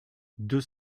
deux